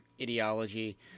ideology